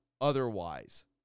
otherwise